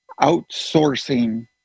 outsourcing